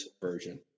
version